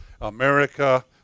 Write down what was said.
America